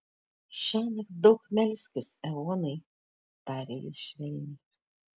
šiąnakt daug melskis eonai tarė jis švelniai